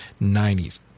90s